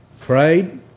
prayed